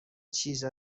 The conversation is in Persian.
چیز